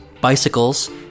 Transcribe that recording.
Bicycles